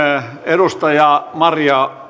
edustaja maria